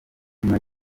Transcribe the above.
nyuma